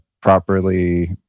properly